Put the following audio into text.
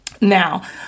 Now